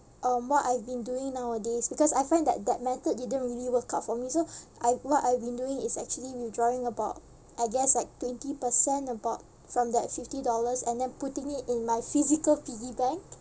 um what I've been doing nowadays because I find that that method didn't really work out for me so I what I've been doing is actually withdrawing about I guess like twenty percent about from that fifty dollars and then putting it in my physical piggy bank